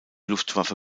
luftwaffe